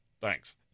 thanks